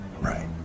right